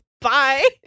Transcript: bye